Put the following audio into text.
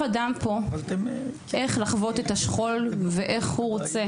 אדם פה איך לחוות את השכול ואיך הוא רוצה